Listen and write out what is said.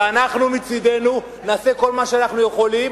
ואנחנו מצדנו נעשה כל מה שאנחנו יכולים